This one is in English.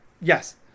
Yes